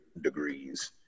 degrees